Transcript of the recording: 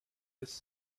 his